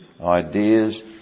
ideas